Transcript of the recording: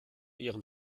ihren